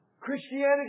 Christianity